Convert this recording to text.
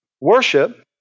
Worship